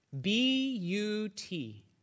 B-U-T